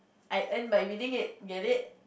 I earn by winning it get it